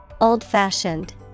old-fashioned